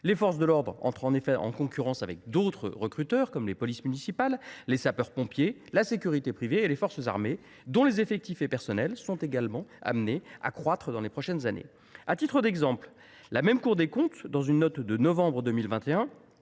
les forces de l’ordre entrent en concurrence avec d’autres recruteurs, comme les polices municipales, les sapeurs pompiers, la sécurité privée et les forces armées, dont les effectifs et agents sont également amenés à croître dans les prochaines années. À titre d’exemple, la même Cour des comptes, dans une note du mois de novembre 2021,